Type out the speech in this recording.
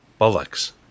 Bollocks